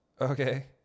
Okay